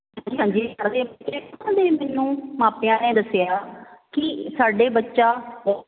ਹਾਂਜੀ ਹਾਂਜੀ ਮੈਨੂੰ ਮਾਪਿਆਂ ਨੇ ਦੱਸਿਆ ਕਿ ਸਾਡੇ ਬੱਚਾ